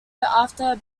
after